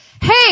hey